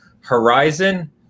Horizon